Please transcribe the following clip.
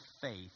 faith